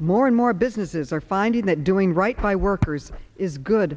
more and more businesses are finding that doing right by workers is good